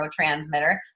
neurotransmitter